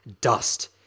dust